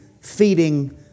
feeding